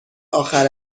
آخر